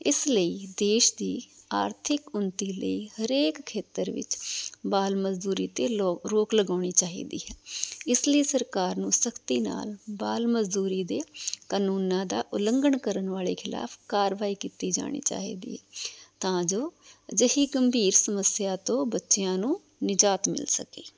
ਇਸ ਲਈ ਦੇਸ਼ ਦੀ ਆਰਥਿਕ ਉੱਨਤੀ ਲਈ ਹਰੇਕ ਖੇਤਰ ਵਿੱਚ ਬਾਲ ਮਜ਼ਦੂਰੀ 'ਤੇ ਲੋਭ ਰੋਕ ਲਗਾਉਣੀ ਚਾਹੀਦੀ ਹੈ ਇਸ ਲਈ ਸਰਕਾਰ ਨੂੰ ਸਖ਼ਤੀ ਨਾਲ ਬਾਲ ਮਜ਼ਦੂਰੀ ਦੇ ਕਾਨੂੰਨਾਂ ਦਾ ਉਲੰਘਣ ਕਰਨ ਵਾਲੇ ਖਿਲਾਫ਼ ਕਾਰਵਾਈ ਕੀਤੀ ਜਾਣੀ ਚਾਹੀਦੀ ਹੈ ਤਾਂ ਜੋ ਅਜਿਹੀ ਗੰਭੀਰ ਸਮੱਸਿਆ ਤੋਂ ਬੱਚਿਆਂ ਨੂੰ ਨਿਜਾਤ ਮਿਲ ਸਕੇ